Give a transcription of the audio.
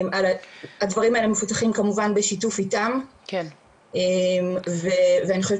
הדברים האלה מפותחים כמובן בשיתוף איתם ואני חושבת